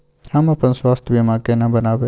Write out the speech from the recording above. हम अपन स्वास्थ बीमा केना बनाबै?